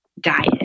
diet